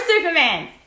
superman